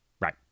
Right